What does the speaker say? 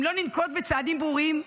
אם לא ננקוט צעדים ברורים,